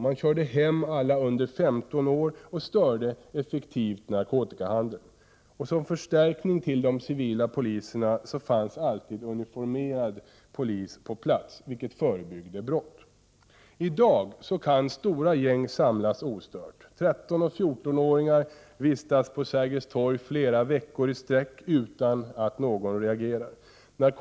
Man körde hem alla ungdomar under 15 år och störde effektivt narkotikahandeln. Som förstärkning till de civila poliserna fanns alltid uniformerad polis på plats, vilket förebyggde brott. I dag kan stora gäng samlas ostört. 13 och 14-åringar vistas på Sergels torg flera veckor i sträck utan att någon reagerar. Narkotikahandel och annan Prot.